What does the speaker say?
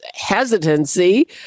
hesitancy